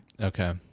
okay